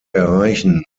erreichen